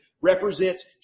represents